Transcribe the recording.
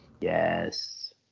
Yes